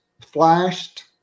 flashed